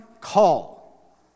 call